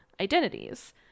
identities